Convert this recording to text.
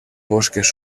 bosques